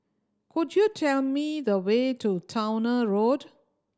could you tell me the way to Towner Road